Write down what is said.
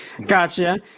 gotcha